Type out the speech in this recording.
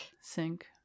Sink